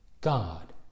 God